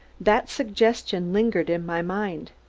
that suggestion lingered in my mind.